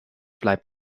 bleibt